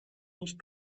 nicht